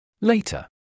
Later